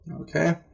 Okay